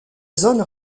zone